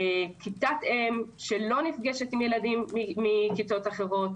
כיתת אם שלא נפגשת עם ילדים מכיתות אחרות,